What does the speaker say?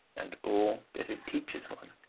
and all that it teaches one,